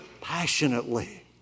passionately